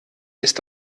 ist